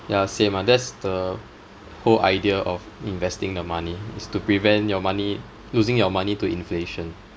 ya same ah that's the whole idea of investing the money is to prevent your money losing your money to inflation